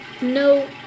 No